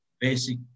basic